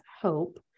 hope